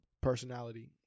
personality